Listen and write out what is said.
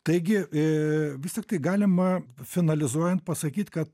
taigi e vis tiktai galima finalizuojant pasakyt kad